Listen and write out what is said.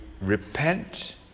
repent